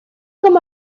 como